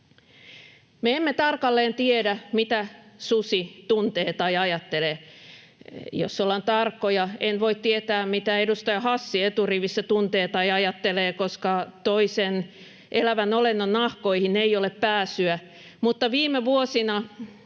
emme tarkalleen tiedä, mitä susi tuntee tai ajattelee. Jos ollaan tarkkoja, en voi tietää, mitä edustaja Hassi eturivissä tuntee tai ajattelee, koska toisen elävän olennon nahkoihin ei ole pääsyä. Mutta viime vuosina